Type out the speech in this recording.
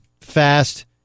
fast